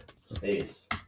Space